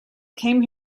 came